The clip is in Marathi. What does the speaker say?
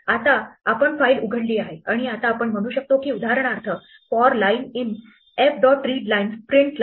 आता आपण फाईल उघडली आहे आणि आता आपण म्हणू शकतो की उदाहरणार्थ for line in f dot readlines print line